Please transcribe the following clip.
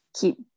keep